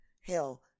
Hell